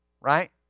Right